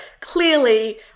Clearly